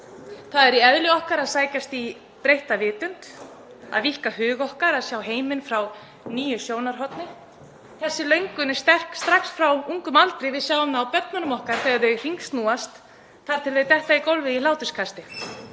Það er í eðli okkar að sækjast í breytta vitund, að víkka hug okkar, að sjá heiminn frá nýju sjónarhorni. Þessi löngun er sterk strax frá ungum aldri. Við sjáum það á börnunum okkar þegar þau hringsnúast þar til þau detta í gólfið í hláturskasti.